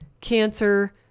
cancer